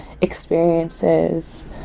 experiences